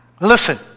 Listen